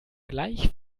gleich